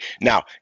Now